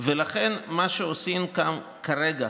ולכן, מה שעושים כאן כרגע,